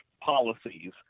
policies